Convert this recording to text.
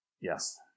Yes